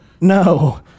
No